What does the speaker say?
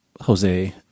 jose